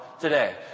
today